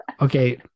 okay